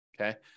okay